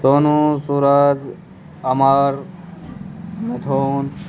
Sonu Suraj Amar Mithun